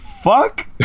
fuck